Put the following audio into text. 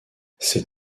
ces